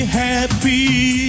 happy